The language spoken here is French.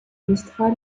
mistral